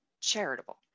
charitable